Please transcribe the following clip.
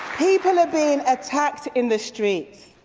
people are being attacked in the streets.